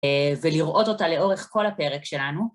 ולראות אותה לאורך כל הפרק שלנו.